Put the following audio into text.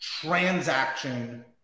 transaction